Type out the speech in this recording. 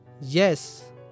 Yes